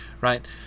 right